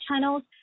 channels